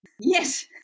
Yes